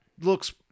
looks